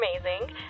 amazing